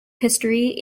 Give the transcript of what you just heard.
history